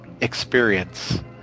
experience